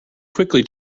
quickly